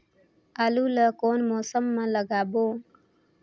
आलू ला कोन मौसम मा लगाबो?